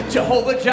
Jehovah